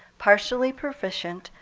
partially proficient,